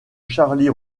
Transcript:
charlie